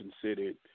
considered